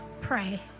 pray